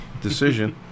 decision